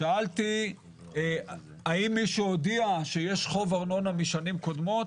שאלתי האם מישהו הודיע שיש חוב ארנונה משנים קודמות?